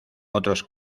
otros